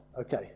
okay